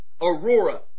Aurora